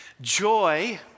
Joy